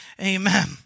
Amen